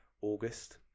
August